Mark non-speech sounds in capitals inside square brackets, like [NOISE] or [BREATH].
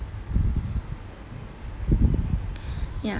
[BREATH] ya